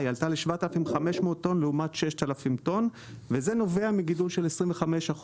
עלתה ל-7,500 טון לעומת 6,000 טון וזה נובע מגידול של 25%